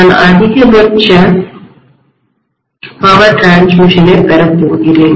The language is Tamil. நான் அதிகபட்ச மின்பவர்பரிமாற்றடிரான்ஸ்மிஷன்த்தைப் பெறப்போகிறேன்